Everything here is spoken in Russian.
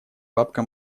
бабка